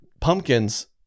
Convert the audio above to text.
pumpkins